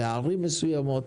לערים מסוימות.